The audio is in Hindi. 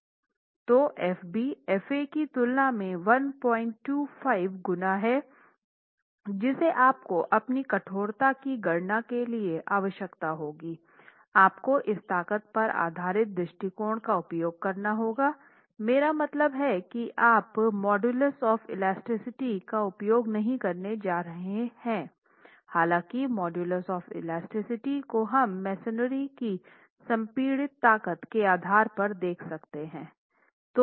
तो Fb Fa की तुलना में 125 गुना है जिसे आपको अपनी कठोरता की गणना के लिए आवश्यकता होगी आपको इस ताकत पर आधारित दृष्टिकोण का उपयोग करना होगा मेरा मतलब है कि आप मॉडुलुस ऑफ़ इलास्टिसिटी का उपयोग नहीं करने जा रहे हालांकि मॉडुलुस ऑफ़ इलास्टिसिटी को हम मेसनरी की संपीड़ित ताकत के आधार पर देख सकते है